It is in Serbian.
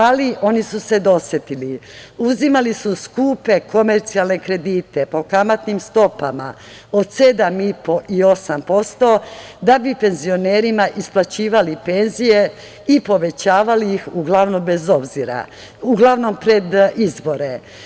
Ali oni su se dosetili, uzimali su skupe komercijalne kredite po kamatnim stopama od 7,5% i 8% da bi penzionerima isplaćivali penzije i povećavali ih uglavnom pred izbore.